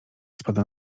spada